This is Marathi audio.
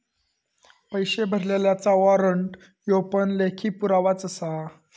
पैशे भरलल्याचा वाॅरंट ह्यो पण लेखी पुरावोच आसा